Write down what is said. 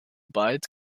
bald